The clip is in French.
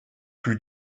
plus